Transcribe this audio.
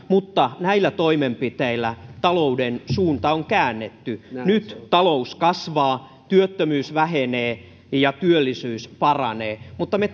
mutta näillä toimenpiteillä talouden suunta on käännetty nyt talous kasvaa työttömyys vähenee ja työllisyys paranee mutta me